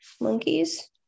Monkeys